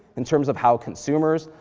in terms of how consumers,